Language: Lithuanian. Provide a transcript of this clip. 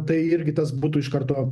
tai irgi tas būtų iš karto